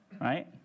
Right